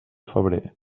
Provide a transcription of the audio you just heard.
febrer